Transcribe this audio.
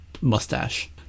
mustache